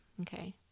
okay